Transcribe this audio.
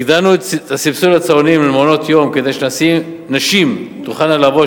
הגדלנו את הסבסוד לצהרונים ולמעונות-יום כדי שנשים תוכלנה לעבוד,